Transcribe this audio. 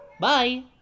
Bye